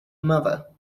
mother